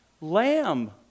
Lamb